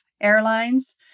Airlines